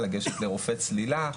לגשת לרופא צלילה.